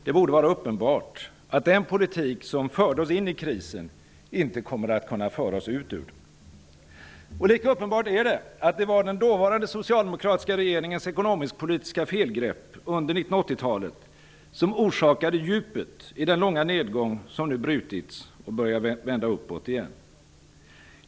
Det borde vara uppenbart att den politik som förde oss in i krisen inte kommer att kunna föra oss ut ur den. Lika uppenbart är det att det var den dåvarande socialdemokratiska regeringens ekonomiskpolitiska felgrepp under 1980-talet som orsakade djupet i den långvariga nedgång som brutits. Nu har det börjat vända uppåt igen.